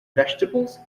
vegetables